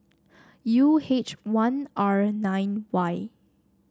U H one R nine Y